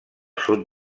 sud